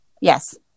Yes